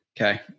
Okay